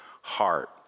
heart